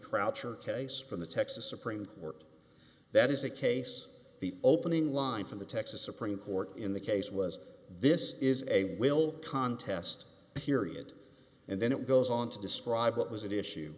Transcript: croucher case from the texas supreme court that is a case the opening lines of the texas supreme court in the case was this is a will contest period and then it goes on to describe what was it issue